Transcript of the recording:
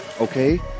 okay